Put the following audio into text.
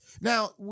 Now